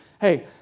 Hey